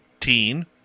Teen